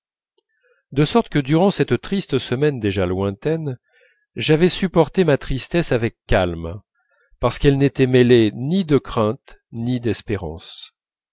de sorte que durant cette triste semaine déjà lointaine j'avais supporté ma tristesse avec calme parce qu'elle n'était mêlée ni de crainte ni d'espérance